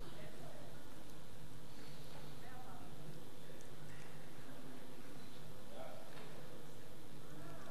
סעיפים